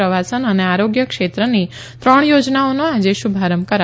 પ્રવાસન અને આરોગ્ય ક્ષેત્રની ત્રણ યોજનાઓનો આજે શુભારંભ કરાવશે